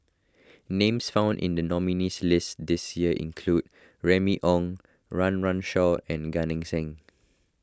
names found in the nominees' list this year include Remy Ong Run Run Shaw and Gan Eng Seng